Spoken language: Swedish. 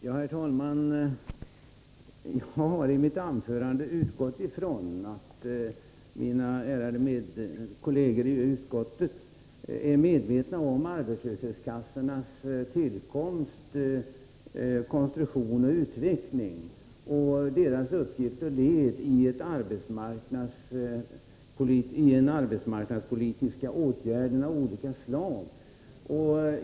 Herr talman! Jag har i mitt anförande utgått från att mina ärade kolleger i utskottet är medvetna om arbetslöshetskassornas tillkomst, konstruktion och utveckling. Deras uppgift när det gäller de arbetsmarknadspolitiska åtgärderna är av olika slag.